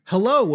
Hello